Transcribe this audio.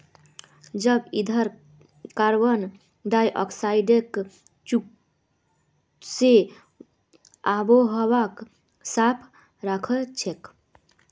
जैव ईंधन कार्बन डाई ऑक्साइडक चूसे आबोहवाक साफ राखछेक